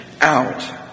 out